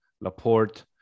Laporte